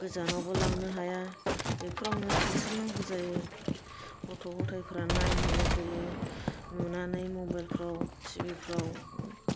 गोजानावबो लांनो हाया बेफोरावनो थांसाबनांगौ जायो गथ' गथाइफ्रा नायनो लुबैयो नुनानै मबाइलफ्राव टि भि फ्राव